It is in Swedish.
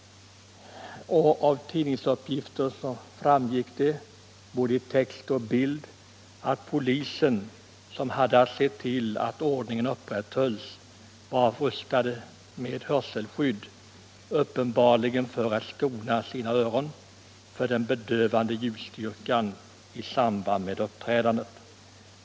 Av tidningsuppgifter framgick det — både i text och bild — att poliserna som i ett sådant sammanhang hade att se till att ordningen upprätthölls var rustade med hörselskydd, uppenbarligen för att skona sina öron för den bedövande ljudstyrkan i samband med uppträdandet.